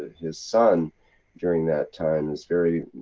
his son during that time, it's very.